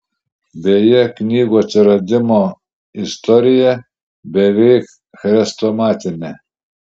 beje knygų atsiradimo istorija beveik chrestomatinė